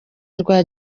rwa